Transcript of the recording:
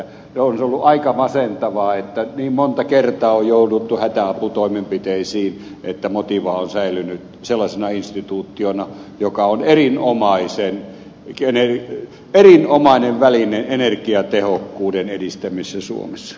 on se ollut aika masentavaa että niin monta kertaa on jouduttu hätäaputoimenpiteisiin jotta motiva on säilynyt sellaisena instituutiona joka on erinomainen väline energiatehokkuuden edistämisessä suomessa